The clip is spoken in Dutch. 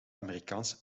amerikaanse